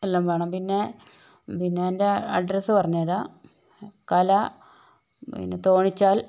എല്ലാം വേണം പിന്നെ പിന്നെ എൻ്റെ അഡ്രസ്സ് പറഞ്ഞു തരാം കല പിന്നെ തോണിച്ചാൽ